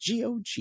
GOG